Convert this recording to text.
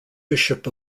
bishop